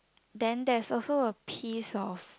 then there's also a piece of